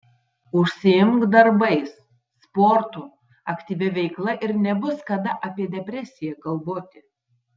užsiimk darbais sportu aktyvia veikla ir nebus kada apie depresiją galvoti